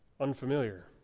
unfamiliar